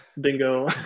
bingo